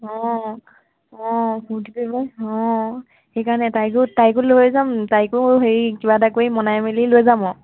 অঁ অঁ সুধিবহোঁ অঁ সেইকাৰণে তাইকো তাইকো লৈ যাম তাইকো হেৰি কিবা এটা কৰি মনাই মেলি লৈ যাম অ